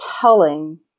telling